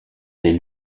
des